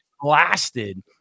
blasted